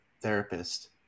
therapist